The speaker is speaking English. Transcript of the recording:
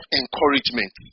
encouragement